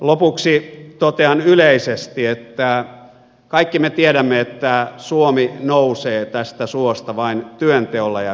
lopuksi totean yleisesti että kaikki me tiedämme että suomi nousee tästä suosta vain työnteolla ja yrittämällä